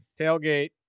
tailgate